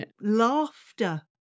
laughter